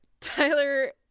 tyler